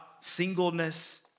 singleness